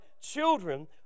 children